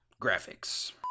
Graphics